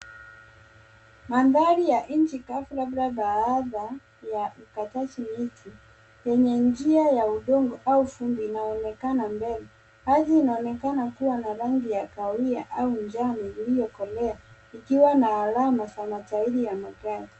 Mandari ya nji Kavu labda baadh ya ukataji miti yenye njia ya udongo vumbi unaonekana mbele. Hali unaonekana kuwa na rangi ya kahawia au njani iliokolea ikiwa na alama za matairi ya magari.